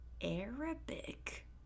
Arabic